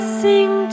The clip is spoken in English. sing